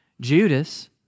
Judas